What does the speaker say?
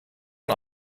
aan